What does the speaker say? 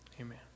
Amen